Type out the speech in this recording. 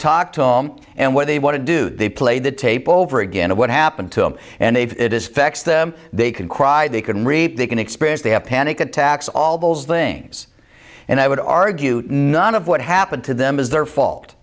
talk to them and what they want to do they play the tape over again of what happened to them and if it is facts them they can cry they can reap they can experience they have panic attacks all those things and i would argue none of what happened to them is their fault